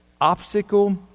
obstacle